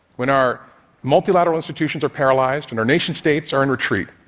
when our multilateral institutions are paralyzed and our nation-states are in retreat,